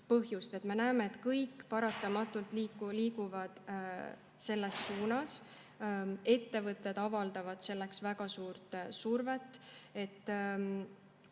Me näeme, et kõik paratamatult liiguvad selles suunas, ettevõtted avaldavad selleks väga suurt survet.